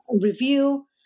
review